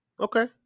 Okay